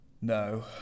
No